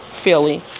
Philly